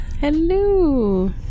Hello